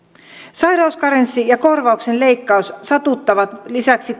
sairauskarenssi ja korvauksen leikkaus sattuvat lisäksi